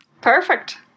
Perfect